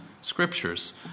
Scriptures